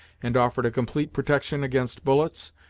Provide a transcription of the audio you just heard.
and offered a complete protection against bullets,